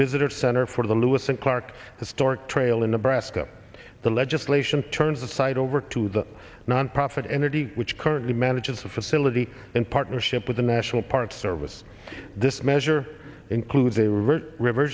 visitor's center for the lewis and clark historic trail in nebraska the legislation turns the site over to the nonprofit entity which currently manages the facility in partnership with the national park service this measure includes they were rever